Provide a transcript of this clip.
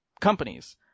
companies